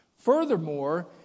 Furthermore